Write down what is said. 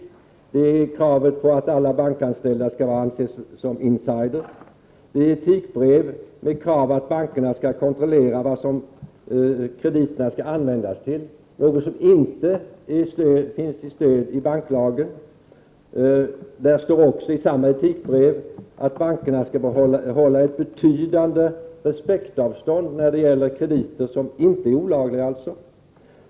Detsamma kan sägas om kravet på att alla bankanställda skall vara ”insiders” och om de etikbrev med krav att bankerna skall kontrollera vad de krediter de ger skall användas till, något som inte har stöd i banklagen. I samma etikbrev står också att bankerna bör hålla ett betydande respektavstånd när det gäller krediter, som alltså inte är olagliga.